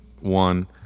one